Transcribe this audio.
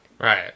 Right